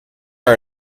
are